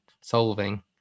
solving